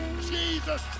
Jesus